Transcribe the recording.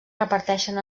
reparteixen